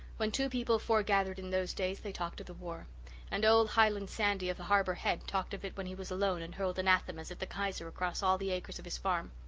when two people foregathered in those days they talked of the war and old highland sandy of the harbour head talked of it when he was alone and hurled anathemas at the kaiser across all the acres of his farm.